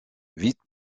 vite